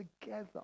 together